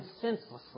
senselessly